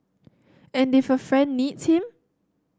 and if a friend needs him